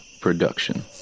production